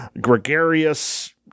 gregarious